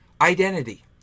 identity